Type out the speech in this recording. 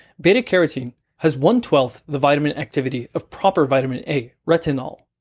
beta carotene has one twelve the vitamin activity of proper vitamin a retinol.